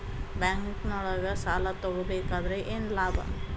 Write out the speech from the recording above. ಬ್ಯಾಂಕ್ನೊಳಗ್ ಸಾಲ ತಗೊಬೇಕಾದ್ರೆ ಏನ್ ಲಾಭ?